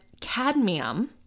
cadmium